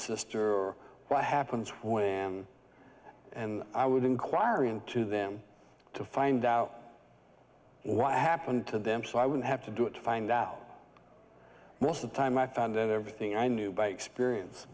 sister or what happens when i am and i would inquire into them to find out what happened to them so i wouldn't have to do it to find out most the time i found that everything i knew by experience